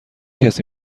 کسی